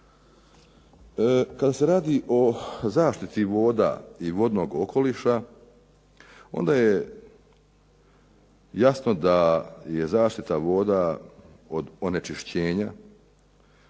Kada se radi o zaštiti voda i vodnog okoliša onda je jasno da je zaštita voda od onečišćenja